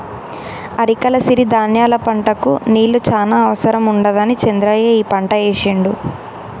అరికల సిరి ధాన్యాల పంటకు నీళ్లు చాన అవసరం ఉండదని చంద్రయ్య ఈ పంట ఏశిండు